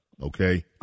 okay